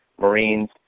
Marines